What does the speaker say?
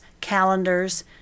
calendars